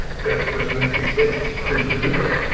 that's just natural speech and people do that.